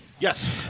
Yes